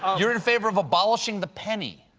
you're in favor of abolishing the penny.